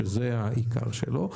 שזה העיקר שלו,